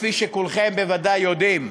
כפי שכולכם בוודאי יודעים.